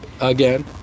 Again